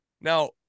Now